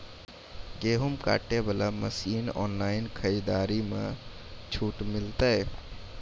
गेहूँ काटे बना मसीन ऑनलाइन खरीदारी मे छूट मिलता?